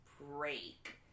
break